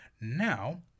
now